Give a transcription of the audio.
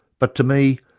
but to me,